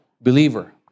believer